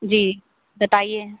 जी बताइए